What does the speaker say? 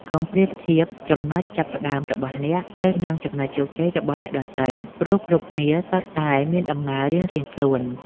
កុំប្រៀបធៀបចំណុចចាប់ផ្តើមរបស់អ្នក ទៅនឹងចំណុចជោគជ័យរបស់អ្នកដទៃ ព្រោះគ្រប់គ្នាសុទ្ធតែមានដំណើររៀងៗខ្លួន។